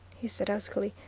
he said huskily,